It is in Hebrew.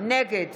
נגד